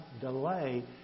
delay